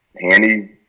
Handy